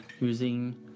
using